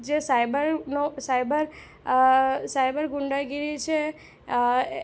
જે સાયબરનો cyber cyber ગુંડાગીરી છે